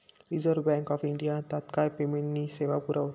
reserve Bank of India तात्काय पेमेंटनी सेवा पुरावस